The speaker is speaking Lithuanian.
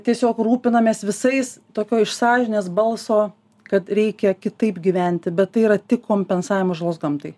tiesiog rūpinamės visais tokio iš sąžinės balso kad reikia kitaip gyventi bet tai yra tik kompensavimas žalos gamtai